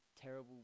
terrible